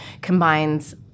combines